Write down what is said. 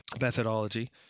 methodology